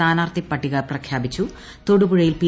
സ്ഥാനാർഥി പട്ടിക പ്രഖ്യാപിച്ചു തൊടുപുഴയിൽ പി